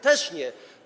Też nie.